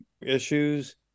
issues